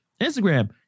Instagram